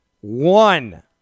One